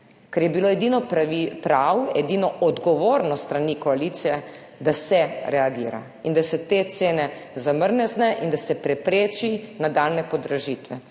Ker je bilo edino prav, edino odgovorno s strani koalicije, da se reagira in da se te cene zamrzne in da se prepreči nadaljnje podražitve.